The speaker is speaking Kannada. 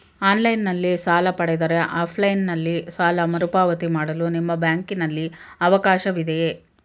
ಆನ್ಲೈನ್ ನಲ್ಲಿ ಸಾಲ ಪಡೆದರೆ ಆಫ್ಲೈನ್ ನಲ್ಲಿ ಸಾಲ ಮರುಪಾವತಿ ಮಾಡಲು ನಿಮ್ಮ ಬ್ಯಾಂಕಿನಲ್ಲಿ ಅವಕಾಶವಿದೆಯಾ?